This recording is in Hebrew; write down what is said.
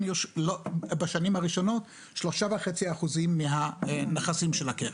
בשנים הראשונות 3.5% מהנכסים של הקרן.